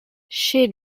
che